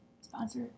Sponsor